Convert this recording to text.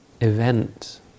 event